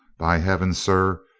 by heaven, sir,